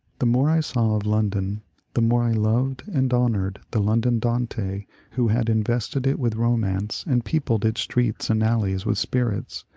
the more i saw of london the more i loved and honoured the london dante who had in vested it with romance, and peopled its streets and alleys with spirits,